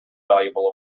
valuable